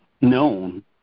known